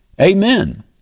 Amen